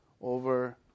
over